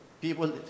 People